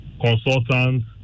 consultants